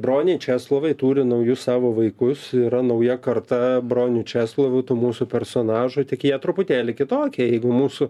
broniai česlovai turi naujus savo vaikus yra nauja karta bronių česlovų tų mūsų personažų tik jie truputėlį kitokie jeigu mūsų